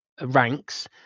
ranks